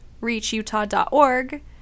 reachutah.org